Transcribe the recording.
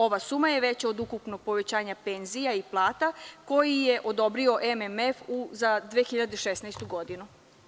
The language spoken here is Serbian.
Ova suma je veća od ukupnog povećanja penzija i plata koji je odobrio MMF za 2016. godinu.